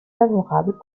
favorable